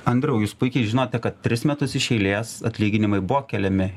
andriau jūs puikiai žinote kad tris metus iš eilės atlyginimai buvo keliami taip